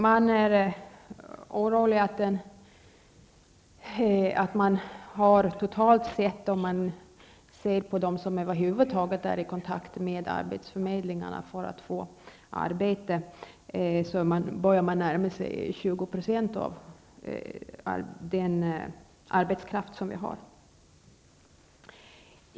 Man är orolig för att antalet totalt sett, om man ser på dem som över huvud taget är i kontakt med arbetsförmedlingarna för att få arbete, börjar närma sig 20 % av den arbetskraft som vi har.